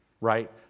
right